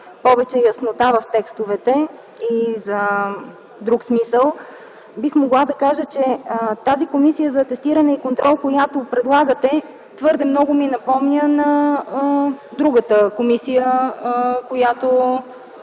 повече яснота в текстовете и за друг смисъл, бих могла да кажа, че тази комисия за атестиране и контрол, която предлагате, твърде много ми напомня на другата комисия, която